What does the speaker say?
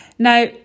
Now